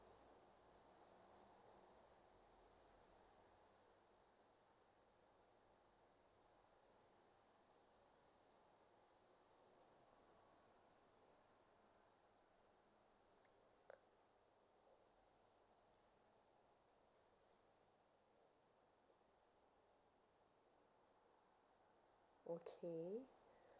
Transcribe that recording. okay